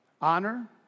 Honor